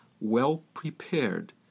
well-prepared